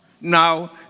Now